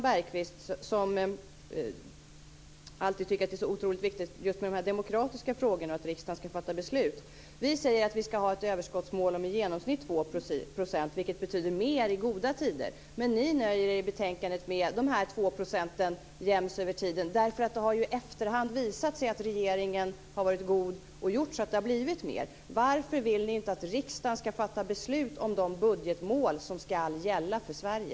Bergqvist, som alltid tycker att det är otroligt viktigt med just de demokratiska frågorna, att riksdagen ska fatta beslut. Vi säger att vi ska ha ett överskottsmål om i genomsnitt 2 %, vilket betyder mer i goda tider. Men ni nöjer er i betänkandet med 2 % jäms över tiden då det i efterhand har visat sig att regeringen har varit god och gjort så att det har blivit mer. Varför vill ni inte att riksdagen ska fatta beslut om de budgetmål som ska gälla för Sverige?